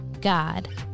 God